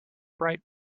bright